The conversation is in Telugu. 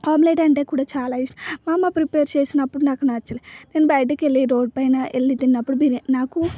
ఆమ్లెట్ అంటే కూడా చాలా ఇష్టం మా అమ్మ ప్రిపేర్ చేసినప్పుడు నాకు నచ్చలేదు నేను బయటకెళ్లి రోడ్ పైన వెళ్ళి తిన్నప్పుడు బిర్యా నాకు